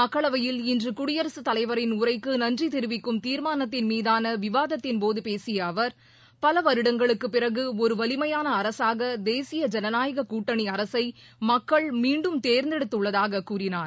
மக்களவையில் இன்று குடியரசுத் தலைவரின் உரைக்கு நன்றி தெரிவிக்கும் தீர்மானத்தின் மீதான விவாதத்தின் போது பேசிய அவர் பல வருடங்களுக்கு பிறகு ஒரு வலிமையான அரசாக தேசிய ஜனநாயக கூட்டணி அரசை மக்கள் மீண்டும் தேர்ந்தெடுத்துள்ளதாக கூறினார்